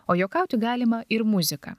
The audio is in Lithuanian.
o juokauti galima ir muzika